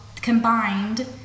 combined